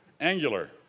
angular